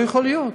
לא יכול להיות.